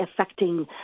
affecting